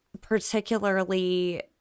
particularly